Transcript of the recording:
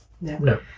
No